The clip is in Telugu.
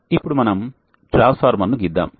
ఇప్పుడు మనం ట్రాన్స్ఫార్మర్ ను గీద్దాం